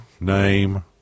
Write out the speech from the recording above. name